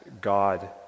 God